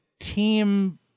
Team